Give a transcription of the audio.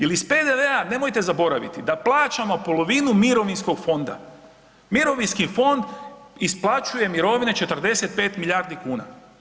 Jer iz PDV-a nemojte zaboraviti da plaćamo polovinu mirovinskog fonda, mirovinski fond isplaćuje mirovine 45 milijardi kuna.